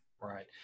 Right